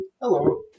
Hello